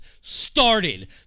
started